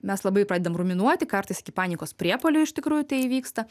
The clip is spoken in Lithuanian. mes labai pradedam ruminuoti kartais iki panikos priepuolių iš tikrųjų tai įvyksta